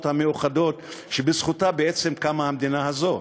המאוחדות שבזכותן בעצם קמה המדינה הזאת.